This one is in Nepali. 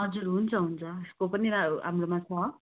हजुर हुन्छ हुन्छ यसको पनि हाम्रोमा छ